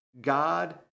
God